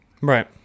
Right